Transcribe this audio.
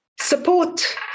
support